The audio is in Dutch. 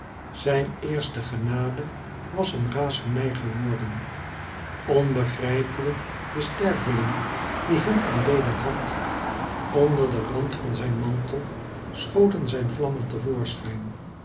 zijn eerste genade was een razernij geworden onbegrijpelijk den sterveling die hem aanbeden had onder den rand van zijn mantel schoten zijn vlammen